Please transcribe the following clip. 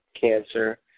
cancer